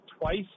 twice